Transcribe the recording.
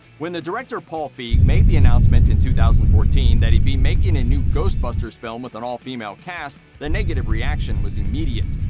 when the director paul feig made the announcement in two thousand and fourteen that he'd be making a new ghostbusters film with an all female cast, the negative reaction was immediate.